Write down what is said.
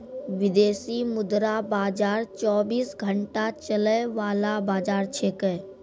विदेशी मुद्रा बाजार चौबीस घंटा चलय वाला बाजार छेकै